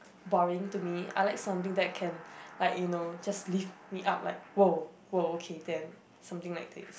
boring to me I like something that can like you know just lift me up like !woah! !woah! okay then something like it